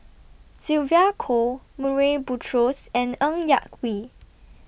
Sylvia Kho Murray Buttrose and Ng Yak Whee